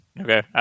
Okay